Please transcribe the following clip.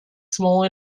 small